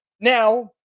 Now